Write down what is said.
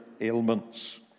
ailments